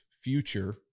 future